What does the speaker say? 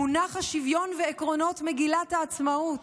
מונח השוויון ועקרונות מגילת העצמאות.